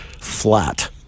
flat